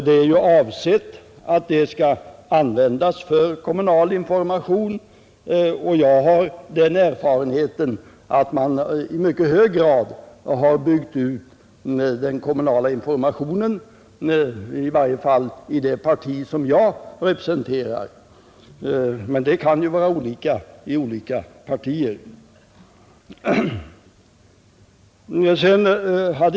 Det är ju avsett att användas för kommunal information, och jag har den erfarenheten att man i mycket hög grad har byggt ut den kommunala informationen — i varje fall har vi gjort det i det parti jag representerar, men det kan vara olika i olika partier.